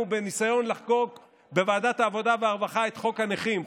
בניסיון לחוקק בוועדת העבודה והרווחה את חוק הנכים,